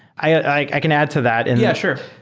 i can add to that and yeah, sure.